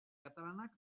katalanak